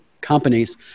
companies